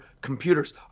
computers